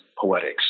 poetics